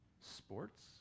sports